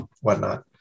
Whatnot